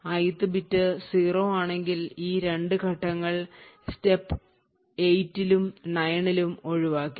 ith bit 0 ആണെങ്കിൽ ഈ 2 ഘട്ടങ്ങൾ step 8 ലും 9 ലും ഒഴിവാക്കി